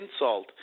insult